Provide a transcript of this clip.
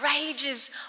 rages